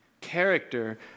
Character